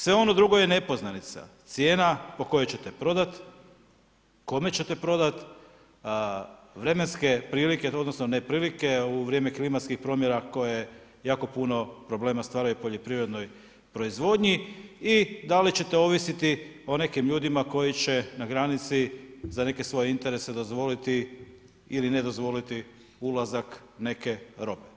Sve ono drugo je nepoznanica, cijena po kojoj ćete prodati, kome ćete prodati, vremenske prilike, odnosno neprilike u vrijeme klimatskih promjera koje jako puno problema stvaraju poljoprivrednoj proizvodnji i da li ćete ovisiti o nekim ljudima koji će na granici, za neke svoje interese dozvoliti ili ne dozvoliti ulazak neke robe.